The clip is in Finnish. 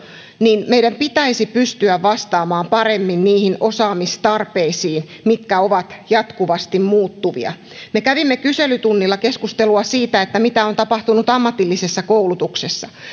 niin meidän pitäisi pystyä vastaamaan paremmin osaamistarpeisiin mitkä ovat jatkuvasti muuttuvia me kävimme kyselytunnilla keskustelua siitä mitä on tapahtunut ammatillisessa koulutuksessa